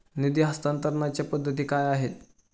निधी हस्तांतरणाच्या पद्धती काय आहेत?